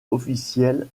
officiel